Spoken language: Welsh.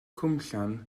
cwmllan